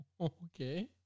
Okay